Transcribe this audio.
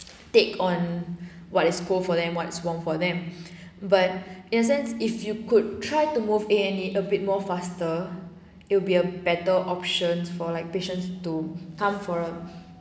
take on what is cold for them what is warm for them but isn't if you could try to move a and e a bit more faster it'll be a better options for like patients to come for a